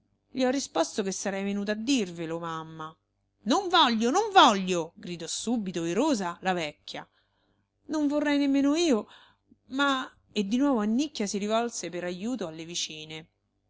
gli ho risposto che sarei venuta a dirvelo mamma non voglio non voglio gridò subito irosa la vecchia non vorrei nemmeno io ma e di nuovo annicchia si rivolse per ajuto alle vicine